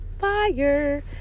fire